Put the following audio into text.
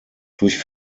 durch